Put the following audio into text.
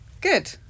Good